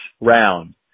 round